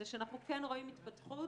זה שאנחנו כן רואים התפתחות